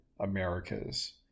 America's